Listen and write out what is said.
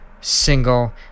single